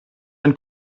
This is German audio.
ein